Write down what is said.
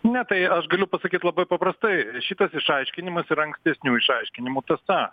ne tai aš galiu pasakyt labai paprastai šitas išaiškinimas yra ankstesnių išaiškinimų tąsa